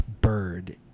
bird